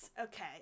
Okay